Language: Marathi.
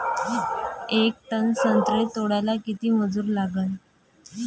येक टन संत्रे तोडाले किती मजूर लागन?